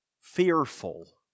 fearful